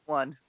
one